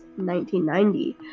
1990